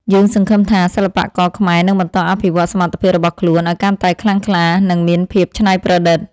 យើងសង្ឃឹមថាសិល្បករខ្មែរនឹងបន្តអភិវឌ្ឍសមត្ថភាពរបស់ខ្លួនឱ្យកាន់តែខ្លាំងក្លា និង មានភាពច្នៃប្រឌិត។